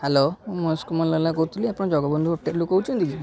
hello ମୁଁ ମହେଶ କୁମାର ଲାଲା କହୁଥିଲି ଆପଣ ଜଗବନ୍ଧୁ ହୋଟେଲ୍ରୁ କହୁଛନ୍ତି କି